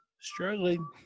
Struggling